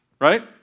right